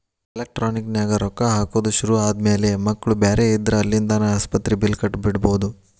electronic ನ್ಯಾಗ ರೊಕ್ಕಾ ಹಾಕೊದ್ ಶುರು ಆದ್ಮ್ಯಾಲೆ ಮಕ್ಳು ಬ್ಯಾರೆ ಇದ್ರ ಅಲ್ಲಿಂದಾನ ಆಸ್ಪತ್ರಿ ಬಿಲ್ಲ್ ಕಟ ಬಿಡ್ಬೊದ್